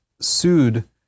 sued